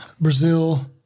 Brazil